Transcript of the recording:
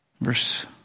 Verse